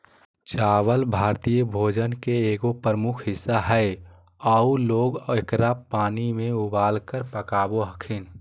चावल भारतीय भोजन के एगो प्रमुख हिस्सा हइ आऊ लोग एकरा पानी में उबालकर पकाबो हखिन